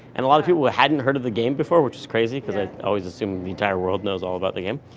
and a lot of people who hadn't heard of the game before were just crazy, because i always assume the entire world knows all about the game.